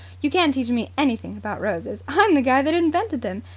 you can't teach me anything about roses. i'm the guy that invented them.